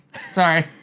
Sorry